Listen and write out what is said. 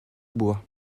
bois